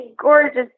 gorgeous